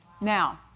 Now